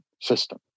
system